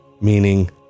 meaning